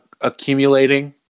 accumulating